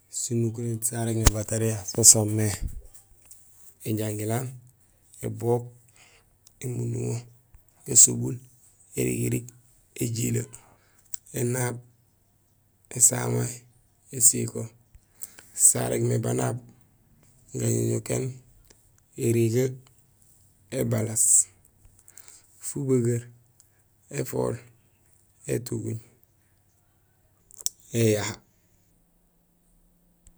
Sinukuréén sarégmé batariya so soomé éjangilaan, ébook, émunduŋo, gasobul, érigirig, éjilee, énaab, ésamay, ésiko; sarégmé banaab: gaŋoŋokéén érigee, ébalaas, fubegeer, éfool, étuguuñ, éyaha.